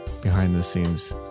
behind-the-scenes